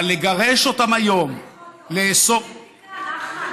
אבל לגרש אותם היום, לאסור,